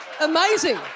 Amazing